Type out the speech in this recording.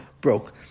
broke